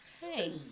hey